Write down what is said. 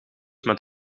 met